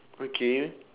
okay